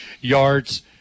yards